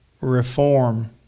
reform